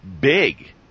big